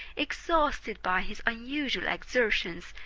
exhausted by his unusual exertions,